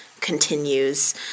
continues